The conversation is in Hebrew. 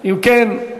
אם כן,